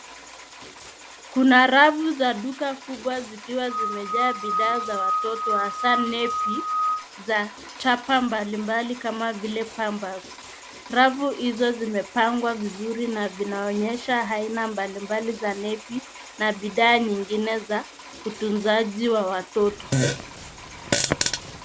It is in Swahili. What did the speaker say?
Kuna rafu za duka kubwa zikiwa zimejaa bidhaa ya watoto hasa nepi za chapa mbalimbali kama vile pampers. Rafu hizo zimepangwa vizuri na zinaonyesha aina mbalimbali za nepi na bidhaa nyingine za utunzaji wa watoto.